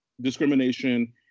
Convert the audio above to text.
discrimination